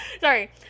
sorry